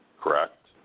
Correct